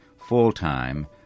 full-time